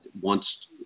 wants